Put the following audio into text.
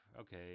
Okay